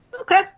Okay